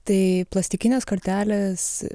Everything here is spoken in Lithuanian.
tai plastikinės kortelės